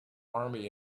army